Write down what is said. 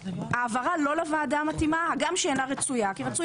העברה לא לוועדה המתאימה הגם שאינה רצויה כי רצוי